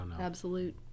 Absolute